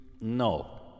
No